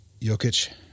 Jokic